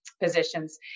positions